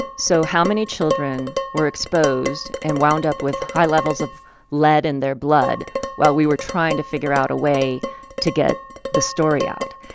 so how many children were exposed and wound up with high levels of lead in their blood while we were trying to figure out a way to get the story out?